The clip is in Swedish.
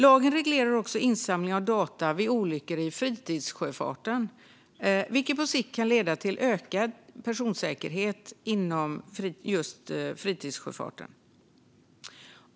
Lagen reglerar också insamling av data vid olyckor i fritidssjöfarten, vilket på sikt kan leda till ökad personsäkerhet också inom denna.